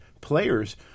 players